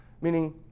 meaning